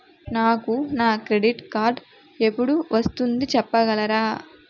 నాకు నా credit card ఎపుడు వస్తుంది చెప్పగలరా?